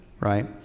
right